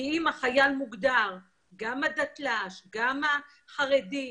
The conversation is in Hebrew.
אם החייל מוגדר גם החרדי לשעבר וגם החרדי,